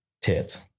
tits